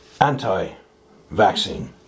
anti-vaccine